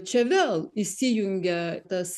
čia vėl įsijungia tas